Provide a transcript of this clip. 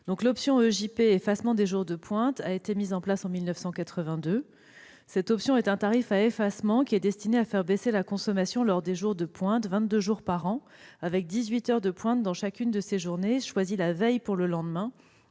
L'option EJP, ou « effacement des jours de pointe », a été mise en place en 1982. Il s'agit d'un tarif à effacement destiné à faire baisser la consommation lors des jours de pointe, soit vingt-deux jours par an, avec dix-huit heures de pointe dans chacune de ces journées, choisies la veille pour le lendemain